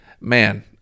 man